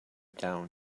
down